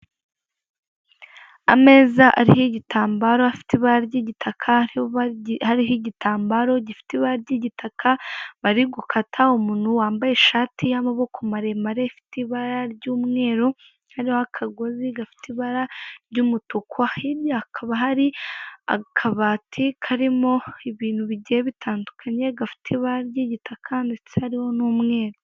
Ameza ariho igitambaro afite ibara ry'igitaka, hariho igitambaro gifite ibara ry'igitaka bari gukata umuntu wambaye ishati y'amaboko meremare ifite ibara ry'umweru, hariho akagozi gafite ibara ry'umutuku, hirya hakaba hari akabati karimo ibintu bigiye bitandukanye gafite ibara ry'igitaka ndetse hariho n'umweru.